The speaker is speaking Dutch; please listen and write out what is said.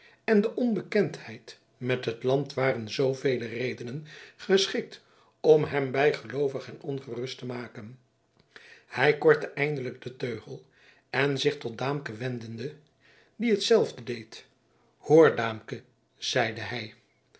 en de onbekendheid met het land waren zoovele redenen geschikt om hem bijgeloovig en ongerust te maken hij kortte eindelijk den teugel en zich tot daamke wendende die hetzelfde deed hoor daamke zeide hij